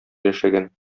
яшәгән